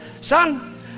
Son